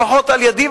לפחות על-ידי,